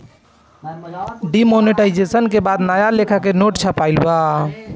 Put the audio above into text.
demonetisation के बाद नया लेखा के नोट छपाईल बा